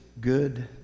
good